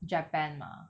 japan mah